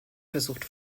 versucht